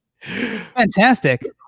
fantastic